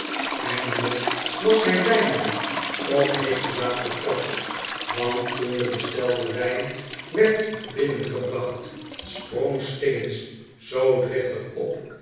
houden was hij bijna op heeterdaad betrapt want toen de bestelde wijn werd binnengebracht sprong stiggins zoo driftig op